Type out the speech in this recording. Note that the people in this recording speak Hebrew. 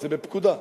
זה בפקודה.